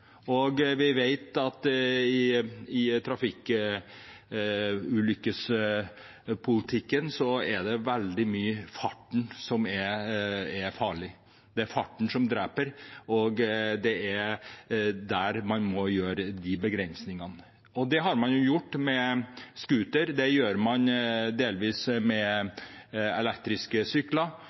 Og vi vet at når det gjelder trafikkulykker, er det veldig ofte farten som er farlig. Det er farten som dreper, og det er der man må ha begrensninger. Det har man gjort med scooter. Det gjør man delvis med elektriske sykler.